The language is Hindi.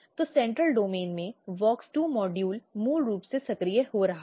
तो केंद्रीय डोमेन में WOX2 मॉड्यूल मूल रूप से सक्रिय हो रहा है